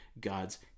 God's